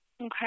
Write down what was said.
Okay